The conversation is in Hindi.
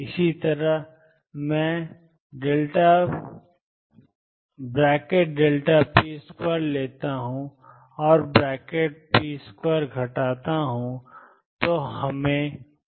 इसी तरह अगर मैं ⟨p2⟩ लेता हूं और ⟨p2⟩ घटाता हूं तो हम p को परिभाषित करते हैं